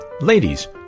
Ladies